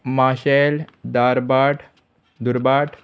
माशेल दारबाट दुरबाट